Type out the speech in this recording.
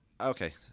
Okay